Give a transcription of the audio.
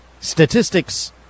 statistics